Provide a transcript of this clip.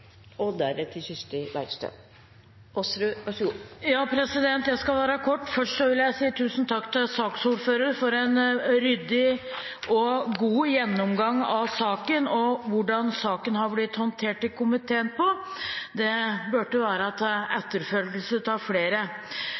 Jeg skal være kort. Først vil jeg si tusen takk til saksordføreren for en ryddig og god gjennomgang av saken og for måten saken har blitt håndtert på i komiteen. Det burde være et eksempel til etterfølgelse for flere.